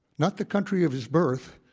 not the country of his birth,